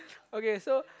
okay so